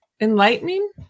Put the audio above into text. enlightening